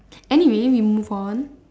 anyway we move on